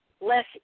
less